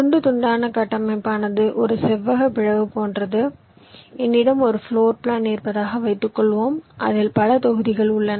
துண்டு துண்டான கட்டமைப்பானது ஒரு செவ்வகப் பிளவு போன்றது என்னிடம் ஒரு பிளோர் பிளான் இருப்பதாக வைத்துக்கொள்வோம் அதில் பல தொகுதிகள் உள்ளன